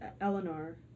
Eleanor